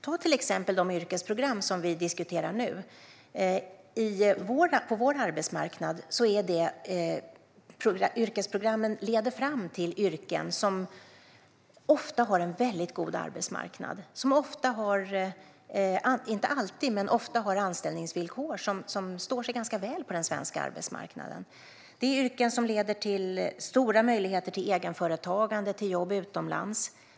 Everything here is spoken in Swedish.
Ta till exempel de yrkesprogram som vi diskuterar nu. Yrkesprogrammen leder fram till yrken där det ofta är en väldigt god arbetsmarknad. Det är ofta, inte alltid, anställningsvillkor som står sig ganska väl på den svenska arbetsmarknaden. Det är yrken som leder till stora möjligheter till egenföretagande och till jobb utomlands.